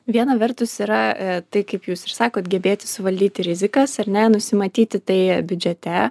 viena vertus yra tai kaip jūs ir sakot gebėti suvaldyti rizikas ar ne nusimatyti tai biudžete